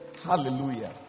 Hallelujah